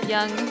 Young